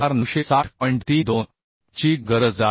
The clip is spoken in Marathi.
32 ची गरज आहे